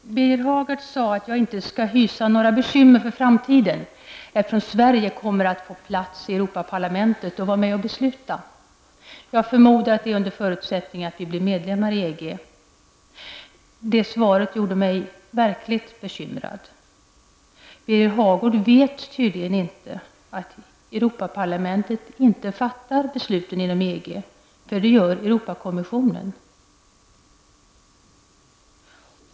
Herr talman! Birger Hagård sade att jag inte skulle hysa oro beträffande framtiden. Sverige kommer att få plats i Europaparlamentet och alltså vara med och besluta där. Men jag förmodar att det är under förutsättning att vi blir medlem av EG. Svaret gjorde mig verkligen bekymrad. Birger Hagård vet tydligen inte att det inte är Europarlamentet som fattar besluten inom EG utan att det är Europakommissionen.